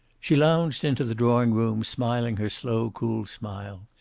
she lounged into the drawing-room, smiling her slow, cool smile.